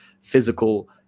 physical